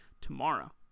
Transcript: tomorrow